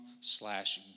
slash